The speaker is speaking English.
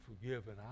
forgiven